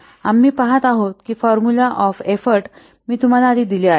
आम्ही पहात आहोत की फॉर्मुला ऑफ एफर्ट मी तुम्हाला आधी दिले आहे